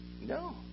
No